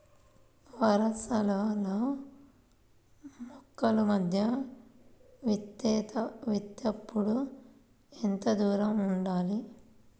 వరసలలో మొక్కల మధ్య విత్తేప్పుడు ఎంతదూరం ఉండాలి?